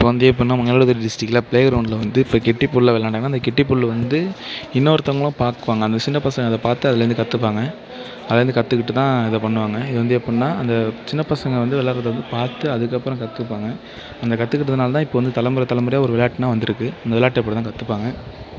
இப்போ வந்து எப்புடினா மயிலாடுதுறை டிஸ்ட்டிக்கில் பிளேகிரௌண்டில் வந்து இப்போ கிட்டிப்புள் விளாண்டாங்கனா அந்த கிட்டிப்புள் வந்து இன்னொருத்தங்களும் பாக்குவாங்க அந்த சின்ன பசங்க அதை பார்த்து அதுலேருந்து கற்றுப்பாங்க அதுலேருந்து வந்து கற்றுக்கிட்டு தான் இதை பண்ணுவாங்க இது வந்து எப்புடினா அந்த சின்னப் பசங்க வந்து விளையாடுறது வந்து பார்த்து அதுக்கப்புறம் கற்றுப்பாங்க அந்த கற்றுக்கிட்டதுனால தான் இப்போ வந்து தலைமுறை தலைமுறையா ஒரு விளையாட்டுனா வந்திருக்கு இந்த விளையாட்ட அப்படி தான் கற்றுப்பாங்க